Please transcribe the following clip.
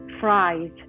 fries